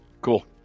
Cool